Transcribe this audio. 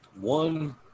one